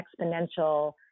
exponential